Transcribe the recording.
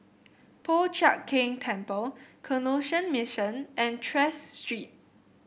Po Chiak Keng Temple Canossian Mission and Tras Street